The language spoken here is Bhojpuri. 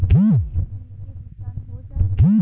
खाता से बिल के भुगतान हो जाई?